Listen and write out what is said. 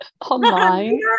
online